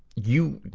you